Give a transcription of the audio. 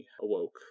awoke